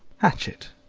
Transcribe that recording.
hatchet,